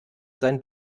sein